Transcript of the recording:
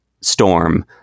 storm